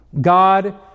God